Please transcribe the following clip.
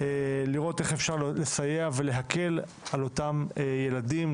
לראות איך ניתן לסייע ולקל על אותם ילדים,